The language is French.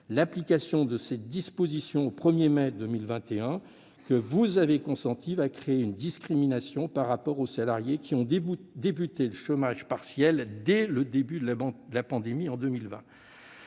l'application de cette disposition au 1 mai 2021 va créer une discrimination par rapport aux salariés ayant débuté le chômage partiel dès le début de la pandémie, en 2020.